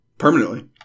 Permanently